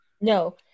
No